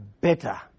better